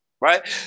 Right